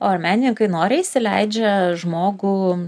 o ar menininkai noriai įsileidžia žmogų